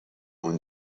اون